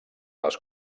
les